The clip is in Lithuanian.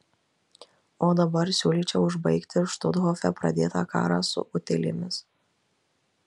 o dabar siūlyčiau užbaigti štuthofe pradėtą karą su utėlėmis